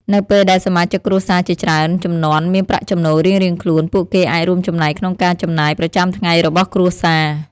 នៅពេលដែលសមាជិកគ្រួសារជាច្រើនជំនាន់មានប្រាក់ចំណូលរៀងៗខ្លួន ពួកគេអាចរួមចំណែកក្នុងការចំណាយប្រចាំថ្ងៃរបស់គ្រួសារ។